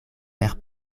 per